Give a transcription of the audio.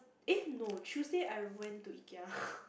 eh no Tuesday I went to Ikea